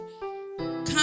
Come